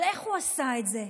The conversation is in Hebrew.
אבל איך הוא עשה את זה?